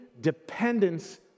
dependence